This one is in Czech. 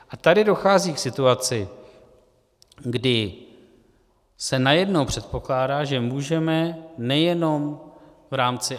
A tady dochází k situaci, kdy se najednou předpokládá, že můžeme nejenom v rámci...